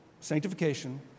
sanctification